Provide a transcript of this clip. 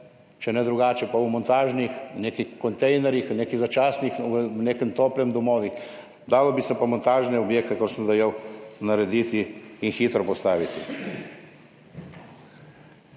če ne drugače pa v montažnih nekaj kontejnerjih nekih začasnih, v nekem toplem domovih. Dalo bi se pa montažne objekte, kot sem dejal, narediti in hitro postaviti.